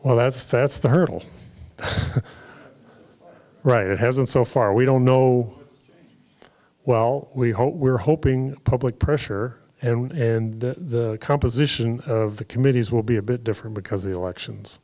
well that's that's the hurdle right it hasn't so far we don't know well we hope we're hoping public pressure and the composition of the committees will be a bit different because the elections